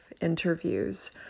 interviews